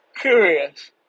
curious